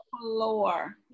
floor